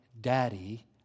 daddy